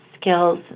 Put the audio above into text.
skills